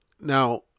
now